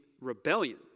rebellion